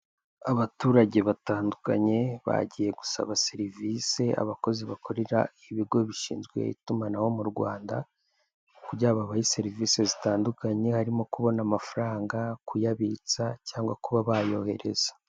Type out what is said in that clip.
Abaturage batandukanye bagiye gusaba serivise abakozi bakorera ibigo bishinzwe itumanaho m'urwanda, kugirango babahe serivise zitandukanye harimo kubona amafaranga kuyabitsa cyangwa kuba bayohereza.